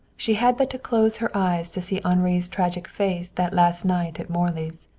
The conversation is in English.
she had but to close her eyes to see henri's tragic face that last night at morley's.